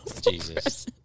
Jesus